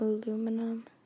Aluminum